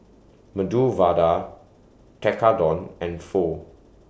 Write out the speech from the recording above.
Medu Vada Tekkadon and Pho